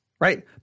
Right